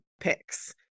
picks